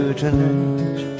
tonight